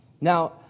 Now